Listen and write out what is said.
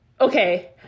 okay